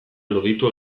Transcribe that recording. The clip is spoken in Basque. loditu